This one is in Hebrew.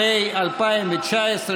פלסטינית.